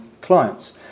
clients